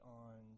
on